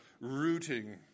rooting